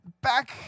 back